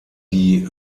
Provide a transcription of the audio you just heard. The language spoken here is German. die